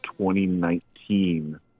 2019